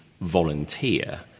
volunteer